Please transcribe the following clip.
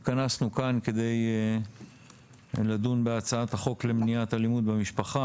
התכנסנו כאן כדי לדון בהצעת החוק למניעת אלימות במשפחה,